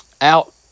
Out